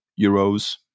euros